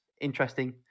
Interesting